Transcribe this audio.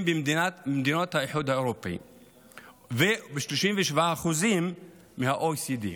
במדינות האיחוד האירופי וב-37% מה-OECD.